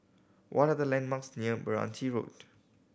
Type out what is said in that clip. what are the landmarks near Meranti Road